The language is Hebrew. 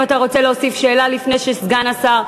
אם אתה רוצה להוסיף שאלה לפני שסגן השר,